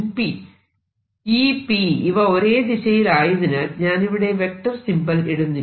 E P ഇവ ഒരേ ദിശയിൽ ആയതിനാൽ ഞാനിവിടെ വെക്റ്റർ സിംബൽ ഇടുന്നില്ല